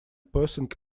posing